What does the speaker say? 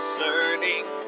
turning